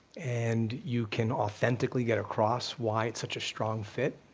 and you can authentically get across why it's such a strong fit,